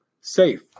safe